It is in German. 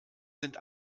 sind